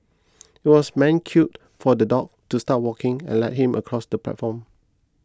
it was man cue for the dog to start walking and lead him across the platform